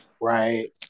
Right